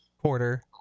quarter –